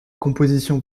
composition